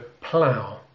plow